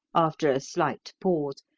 after a slight pause.